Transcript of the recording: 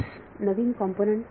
विद्यार्थी नवीन कॉम्पोनन्ट